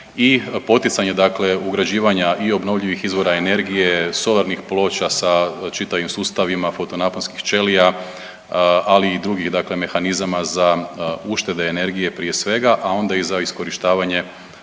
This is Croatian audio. i poticanje dakle ugrađivanja i obnovljivih izvora energije, solarnih ploča sa čitavim sustavima fotonaponskih ćelija, ali i drugih dakle mehanizama za uštede energije prije svega, a onda i za iskorištavanje